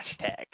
hashtag